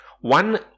one